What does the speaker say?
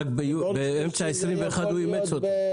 באמצע 2021 הוא אימץ אותו.